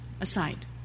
aside